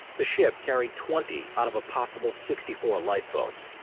the ship carried twenty out of a possible sixty four lifeboats.